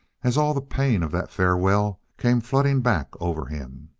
as all the pain of that farewell came flooding back over him.